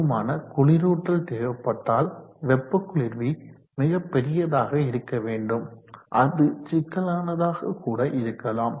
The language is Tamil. போதுமான குளிரூட்டல் தேவைப்பட்டால் வெப்ப குளிர்வி மிகப் பெரியதாக இருக்க வேண்டும் அது சிக்கலானதாக கூட இருக்கலாம்